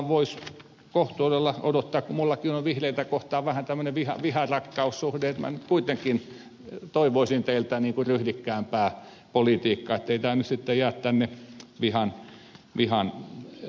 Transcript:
tavallaan voisi kohtuudella odottaa kun minullakin on vihreitä kohtaan vähän tämmöinen viha rakkaussuhde minä nyt kuitenkin toivoisin teiltä ryhdikkäämpää politiikkaa ettei tämä nyt jää sitten tänne vihan puolelle